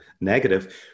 negative